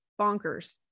bonkers